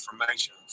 information